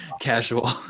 casual